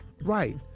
right